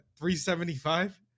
375